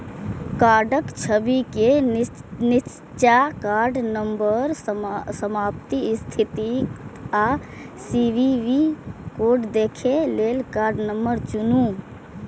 कार्डक छवि के निच्चा कार्ड नंबर, समाप्ति तिथि आ सी.वी.वी कोड देखै लेल कार्ड नंबर चुनू